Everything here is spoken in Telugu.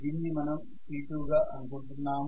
దీనిని మనం t2గా అనుకున్నాము